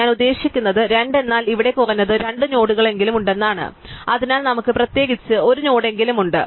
ഞാൻ ഉദ്ദേശിക്കുന്നത് 2 എന്നാൽ ഇവിടെ കുറഞ്ഞത് 2 നോഡുകളെങ്കിലും ഉണ്ടെന്നാണ് അതിനാൽ നമുക്ക് പ്രത്യേകിച്ച് 1 നോഡെങ്കിലും ഉണ്ട്